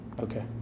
okay